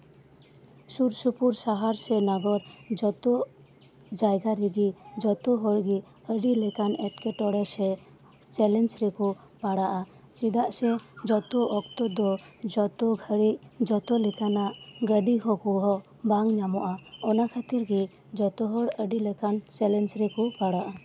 ᱥᱳᱨ ᱥᱳᱯᱳᱨ ᱥᱚᱦᱚᱨ ᱥᱮ ᱱᱚᱜᱚᱨ ᱡᱷᱚᱛᱚ ᱡᱟᱭᱜᱟ ᱨᱮᱜᱮ ᱡᱚᱛᱚ ᱦᱚᱲ ᱜᱮ ᱟᱹᱰᱤ ᱞᱮᱠᱟᱱ ᱮᱴᱠᱮ ᱴᱚᱲᱮ ᱥᱮ ᱪᱮᱞᱮᱧᱡᱽ ᱨᱮᱠᱚ ᱯᱟᱲᱟᱜᱼᱟ ᱪᱮᱫᱟᱜ ᱥᱮ ᱡᱷᱚᱛᱚ ᱚᱠᱛᱚ ᱫᱚ ᱡᱷᱚᱛᱚ ᱦᱟᱹᱨᱤᱡ ᱡᱷᱚᱛᱚ ᱞᱮᱠᱟᱱᱟᱜ ᱜᱟᱹᱰᱤ ᱠᱚᱸᱦᱚ ᱵᱟᱝ ᱧᱟᱢᱚᱜᱼᱟ ᱚᱱᱟ ᱠᱷᱟᱹᱛᱤᱨ ᱜᱮ ᱡᱷᱚᱛᱚ ᱦᱚᱲ ᱟᱹᱰᱤ ᱞᱮᱠᱟᱱ ᱪᱮᱞᱮᱧᱡᱽ ᱨᱮᱠᱚ ᱯᱟᱲᱟᱜᱼᱟ